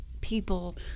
people